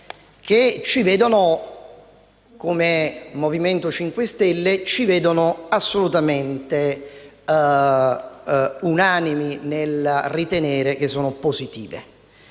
che ci vedono, come Movimento 5 Stelle, assolutamente unanimi nel ritenere che siano positive.